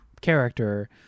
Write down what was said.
character